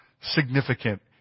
significant